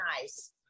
nice